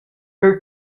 per